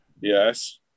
Yes